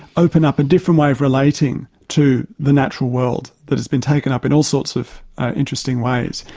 open up a different way of relating to the natural world, that has been taken up in all sorts of interesting ways.